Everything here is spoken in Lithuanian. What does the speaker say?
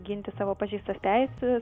ginti savo pažeistas teises